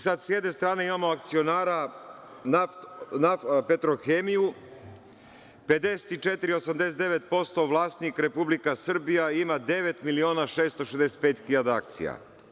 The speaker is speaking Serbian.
Sada sa jedne strane imamo akcionara na Petrohemiju, 54,89% vlasnik Republika Srbija i ima 9 miliona 665.000 akcija.